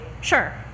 Sure